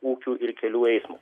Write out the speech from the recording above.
ūkių ir kelių eismo